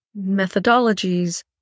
methodologies